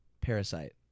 Parasite